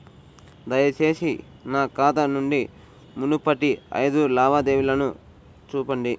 దయచేసి నా ఖాతా నుండి మునుపటి ఐదు లావాదేవీలను చూపండి